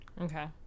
Okay